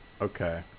Okay